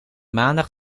maandag